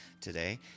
today